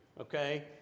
okay